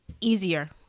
easier